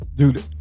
dude